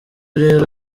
rero